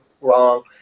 wrong